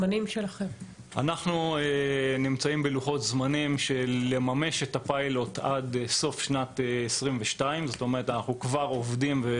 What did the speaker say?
אנחנו רוצים לממש את הפיילוט עד סוף שנת 2022. אנחנו כבר עובדים על זה,